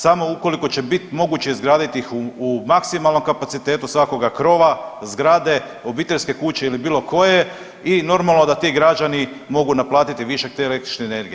Samo ukoliko će biti moguće izgraditi u maksimalnom kapacitetu svakoga krova, zgrade, obiteljske kuće ili bilo koje i normalno da ti građani mogu naplatiti više te električne energije.